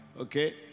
Okay